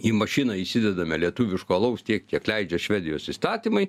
į mašiną įsidedame lietuviško alaus tiek kiek leidžia švedijos įstatymai